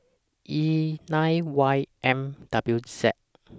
E nine Y M W Z